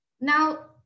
Now